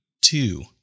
two